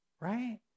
right